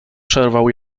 przerwał